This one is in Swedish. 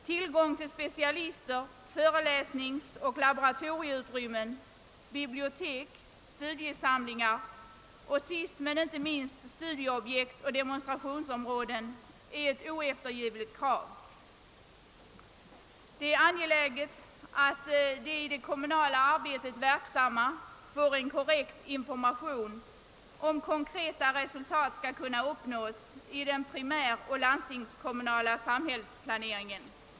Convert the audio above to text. Tillgång till specialister, föreläsningsoch laboratorieutrymmen, bibliotek, studiesamlingar och sist men inte minst studieobjekt och demonstrationsområden är ett oeftergivligt krav. Det är angeläget att de i det kommunala arbetet verksamma får en korrekt information för att konkreta resultat skall kunna uppnås i den primäroch landstingskommunala <<: samhällsplaneringen.